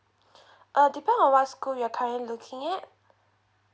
ah depend on what school you are currently looking at